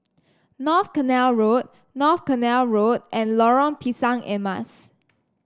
North Canal Road North Canal Road and Lorong Pisang Emas